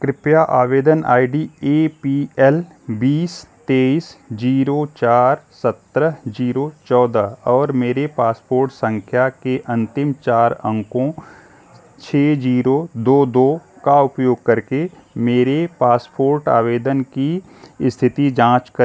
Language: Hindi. कृपया आवेदन I D A P L बीस तेईस जीरो चार सत्रह जीरो चौदह और मेरे पासपोर्ट संख्या के अंतिम चार अंकों छः जीरो दो दो का उपयोग करके मेरे पासपोर्ट आवेदन की स्थिति की जांच कर